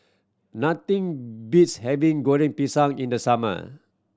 nothing beats having Goreng Pisang in the summer